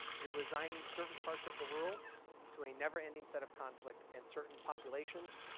you are resigning certain parts of the world to a never-ending set of conflict and certain populations